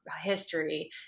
history